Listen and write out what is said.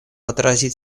отразить